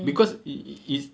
because it is